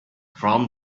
from